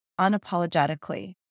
unapologetically